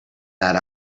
that